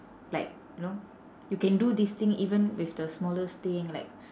like you know you can do this thing even with the smallest thing like